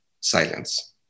silence